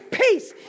peace